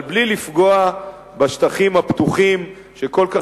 אבל בלי לפגוע בשטחים הפתוחים שכל כך